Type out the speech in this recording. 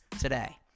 today